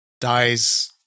dies